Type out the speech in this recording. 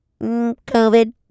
COVID